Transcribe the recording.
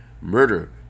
murder